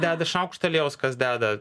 deda šaukštą aliejaus kas deda